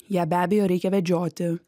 ją be abejo reikia vedžioti